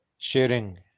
sharing